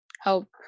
help